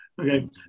Okay